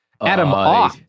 Adam